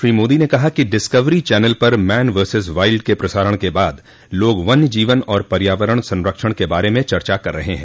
श्री मोदी ने कहा कि डिस्कवरी चैनल पर मैन वर्सिस वाइल्ड के प्रसारण के बाद लोग वन्यजीवन और पर्यावरण संरक्षण के बारे में चर्चा कर रहे हैं